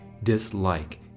dislike